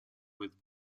with